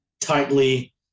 tightly